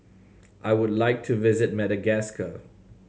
I would like to visit Madagascar